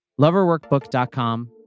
LoverWorkBook.com